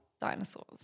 dinosaurs